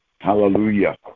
hallelujah